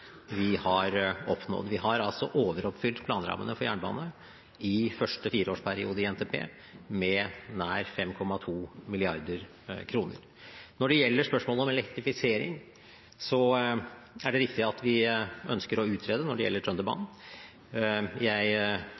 vi har oppnådd. Vi har overoppfylt planrammene for jernbane i første fireårsperiode i NTP med nær 5,2 mrd. kr. Når det gjelder spørsmålet om elektrifisering, er det riktig at vi ønsker å utrede når det gjelder Trønderbanen. Jeg